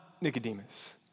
Nicodemus